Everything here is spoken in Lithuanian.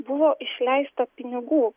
buvo išleista pinigų